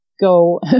go